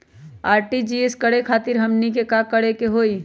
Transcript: RTGS करे खातीर हमनी के का करे के हो ई?